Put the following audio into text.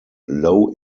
low